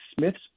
Smith's